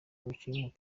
umukinnyi